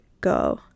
go